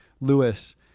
Lewis